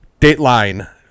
Dateline